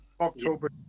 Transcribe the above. October